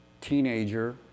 teenager